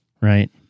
right